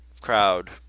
crowd